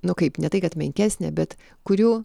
nu kaip ne tai kad menkesnę bet kurių